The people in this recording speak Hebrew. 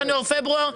ינואר ופברואר?